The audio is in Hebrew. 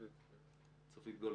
צופית גולן.